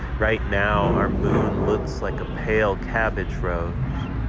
right now our moon looks like a pale cabbage rose.